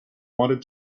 wanted